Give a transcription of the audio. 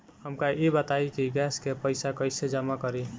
हमका ई बताई कि गैस के पइसा कईसे जमा करी?